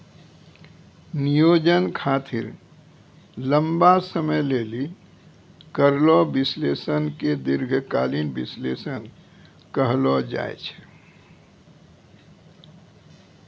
नियोजन खातिर लंबा समय लेली करलो विश्लेषण के दीर्घकालीन विष्लेषण कहलो जाय छै